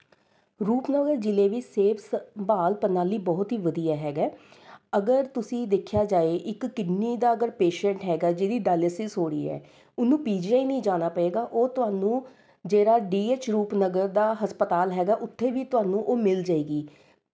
ਰੂਪਨਗਰ ਜ਼ਿਲ੍ਹੇ ਵਿੱਚ ਸਿਹਤ ਸੰਭਾਲ ਪ੍ਰਣਾਲੀ ਬਹੁਤ ਹੀ ਵਧੀਆ ਹੈਗਾ ਹੈ ਅਗਰ ਤੁਸੀਂ ਦੇਖਿਆ ਜਾਏ ਇੱਕ ਕਿਡਨੀ ਦਾ ਅਗਰ ਪੇਸ਼ੈਂਟ ਹੈਗਾ ਜਿਹਦੀ ਡਾਇਲੈਸਿਸ ਹੋ ਰਹੀ ਹੈ ਉਹਨੂੰ ਪੀਜੀਆਈ ਨਹੀਂ ਜਾਣਾ ਪਏਗਾ ਉਹ ਤੁਹਾਨੂੰ ਜਿਹੜਾ ਡੀ ਐੱਚ ਰੂਪਨਗਰ ਦਾ ਹਸਪਤਾਲ ਹੈਗਾ ਉੱਥੇ ਵੀ ਤੁਹਾਨੂੰ ਉਹ ਮਿਲ ਜੇਗੀ